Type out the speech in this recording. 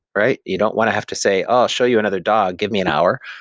right? you don't want to have to say, i'll show you another dog, give me an hour.